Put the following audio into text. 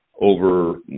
over